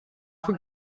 for